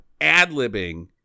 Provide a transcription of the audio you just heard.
ad-libbing